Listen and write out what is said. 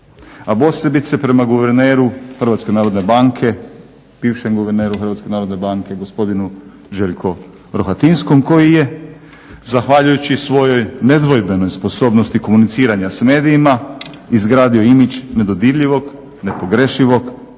a posebice prema guverneru HNB-a, bivšem guverneru HNB-a gospodinu Željku Rohatinskom koji je zahvaljujući svojoj nedvojbenoj sposobnosti komuniciranja s medijima izgradio imidž nedodirljivog, nepogrešivog